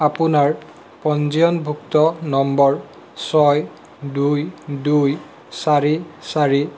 আপোনাৰ পঞ্জীয়নভুক্ত নম্বৰ ছয় দুই দুই চাৰি চাৰি